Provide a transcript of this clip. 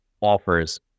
offers